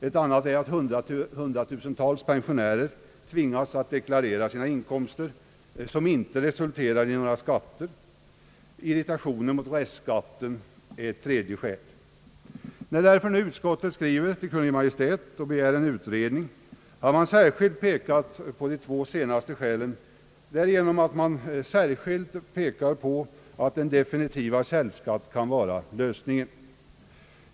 Ett annat är att hundratusentals pensionärer tvingas att deklarera inkomster, som inte resulterar i några skatter alls. Irritationen mot restskatten är ett tredje skäl. När därför utskottet vill skriva till Kungl. Maj:t och begära en utredning, pekar man på de två sistnämnda skälen, därigenom att man anför särskilt att en definitiv källskatt kan vara lösningen.